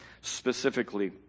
specifically